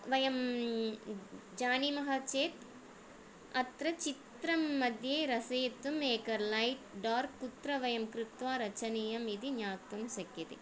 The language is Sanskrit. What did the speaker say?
वयं जानीमः चेत् अत्र चित्रं मध्ये रसयितुम् एकं लैट् डार्क् कुत्र वयं कृत्वा रचनीयम् इति ज्ञातुं शक्यते